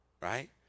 right